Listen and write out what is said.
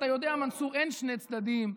אתה יודע, מנסור, אין שני צדדים.